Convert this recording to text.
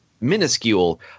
minuscule